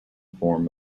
form